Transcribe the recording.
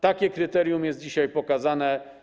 Takie kryterium jest dzisiaj pokazane.